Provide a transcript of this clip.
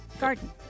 garden